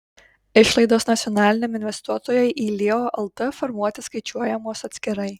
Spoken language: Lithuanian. išlaidos nacionaliniam investuotojui į leo lt formuoti skaičiuojamos atskirai